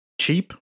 cheap